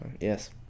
Yes